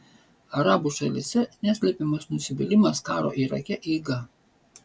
arabų šalyse neslepiamas nusivylimas karo irake eiga